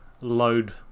load